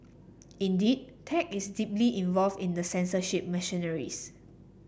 indeed tech is deeply involved in the censorship machineries